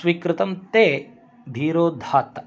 स्वीकृतं ते धीरोदात्तः